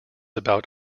about